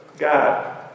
God